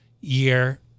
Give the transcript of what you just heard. year